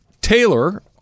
Taylor